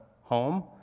home